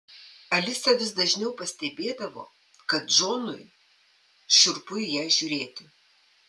alisa vis dažniau pastebėdavo kad džonui šiurpu į ją žiūrėti